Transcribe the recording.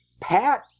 Pat